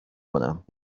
کنم